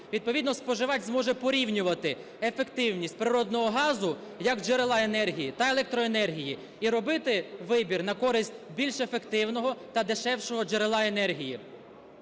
Відповідно споживач зможе порівнювати ефективність природного газу як джерела енергії та електроенергії і робити вибір на користь більш ефективного та дешевшого джерела енергії.